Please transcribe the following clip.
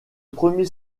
premier